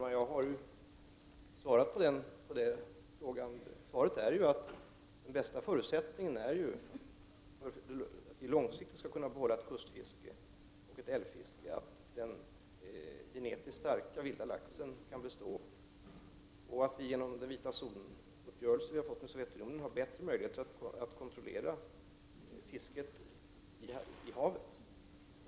Fru talman! Jag har svarat på den frågan, och svaret är att den bästa förutsättningen för att vi långsiktigt skall kunna behålla ett kustoch älvfiske är att den genetiskt starka vilda laxen kan bestå. Genom den uppgörelse om den vita zonen som vi har fått med Sovjetunionen har vi bättre möjligheter att kontrollera fisket i havet.